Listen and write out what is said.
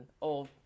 old